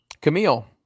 Camille